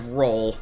roll